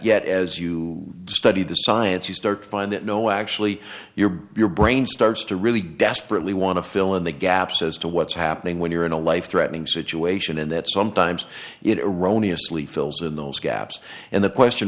yet as you study the science you start to find that no actually your brain starts to really desperately want to fill in the gaps as to what's happening when you're in a life threatening situation and that sometimes it erroneous lee fills in those gaps and the question